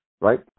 right